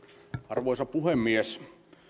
arvoisa puhemies